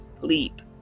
leap